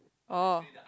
oh